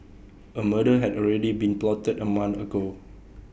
A murder had already been plotted A month ago